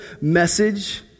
message